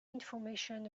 information